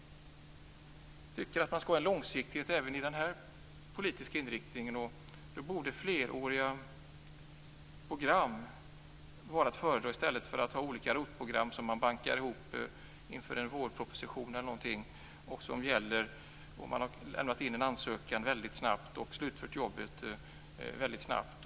Jag tycker att man skall ha en långsiktighet även i den här politiska inriktningen. Fleråriga program vore då att föredra i stället för att ha olika ROT-program som man bankar ihop inför en vårproposition eller någonting annat och som gäller, om man har lämnat in en ansökan, väldigt snabbt. Jobbet slutförs då också väldigt snabbt.